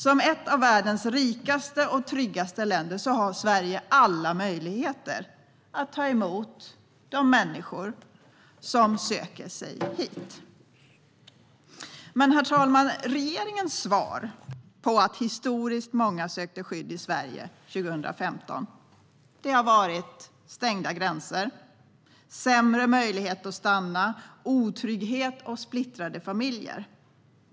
Som ett av världens rikaste och tryggaste länder har Sverige alla möjligheter att ta emot de människor som söker sig hit. Herr talman! Regeringens svar på att historiskt många sökte skydd i Sverige 2015 är stängda gränser, sämre möjlighet att stanna, otrygghet och splittrade familjer.